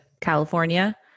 California